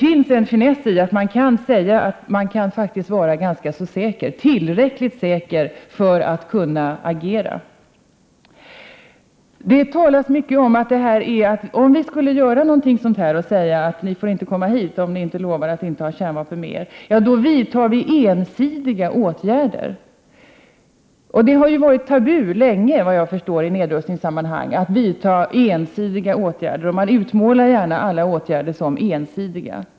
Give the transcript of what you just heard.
Vi kan alltså vara tillräckligt säkra för att kunna agera. Det sägs att vi skulle vidta ensidiga åtgärder om vi skulle säga att ingen får komma hit annat än utan kärnvapen. Det har länge varit tabu i nedrustningssammanhang att vidta ensidiga åtgärder. Man utmålar gärna alla åtgärder som ensidiga.